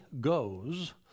goes